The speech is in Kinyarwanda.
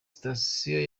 sitasiyo